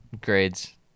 grades